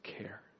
care